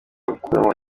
gukuramo